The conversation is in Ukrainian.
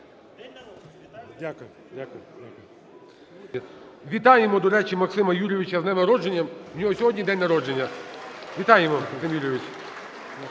Дякую.